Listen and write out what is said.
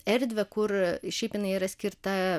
erdvę kur šiaip jinai yra skirta